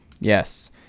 Yes